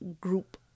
group